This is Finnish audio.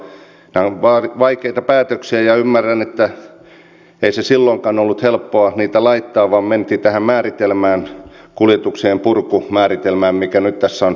nämä ovat vaikeita päätöksiä ja ymmärrän että ei se silloinkaan ollut helppoa niitä laittaa vaan mentiin tähän määritelmään kuljetuksien purkumääritelmään mikä nyt tässä on kiusallista